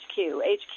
HQ